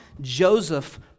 Joseph